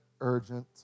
urgent